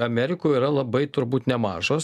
amerikoje yra labai turbūt nemažas